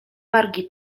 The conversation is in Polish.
wargi